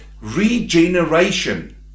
regeneration